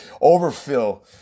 overfill